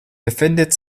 befindet